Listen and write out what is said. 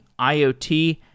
IoT